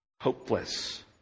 Hopeless